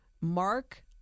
Mark